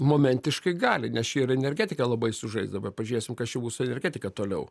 momentiškai gali nes čia ir energetika labai sužais daba pažiūrėsim kas čia bus su energetika toliau